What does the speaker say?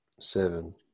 Seven